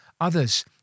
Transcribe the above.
others